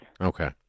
Okay